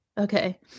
Okay